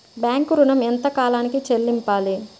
Bank ఋణం ఎంత కాలానికి చెల్లింపాలి?